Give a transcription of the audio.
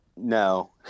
No